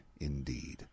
indeed